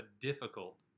difficult